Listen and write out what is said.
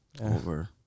Over